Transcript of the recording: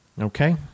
Okay